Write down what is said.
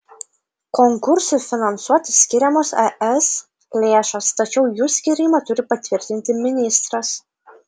konkursui finansuoti skiriamos es lėšos tačiau jų skyrimą turi patvirtinti ministras